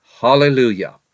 Hallelujah